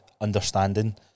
understanding